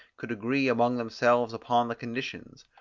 could agree among themselves upon the conditions.